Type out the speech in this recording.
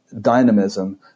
dynamism